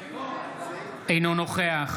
אינו נוכח